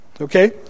Okay